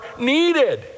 needed